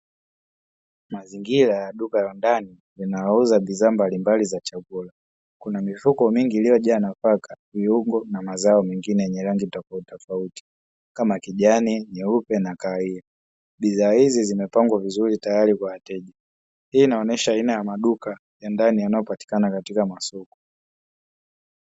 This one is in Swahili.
Mazingira duka la ndani linawauza bidhaa mbalimbali za chakula kuna mifuko mingi iliyojaa nafaka mihogo na mazao mengine yenye rangi tofauti tofauti kama kijani nyeupe na kahawia. Bidhaa hizi zimepangwa vizuri tayari kwa wateja, hii inaonesha aina ya maduka ya ndani yanayopatikana katika masoko.